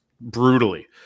brutally